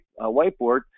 whiteboard